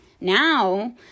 Now